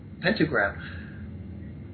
pentagram